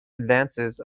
advances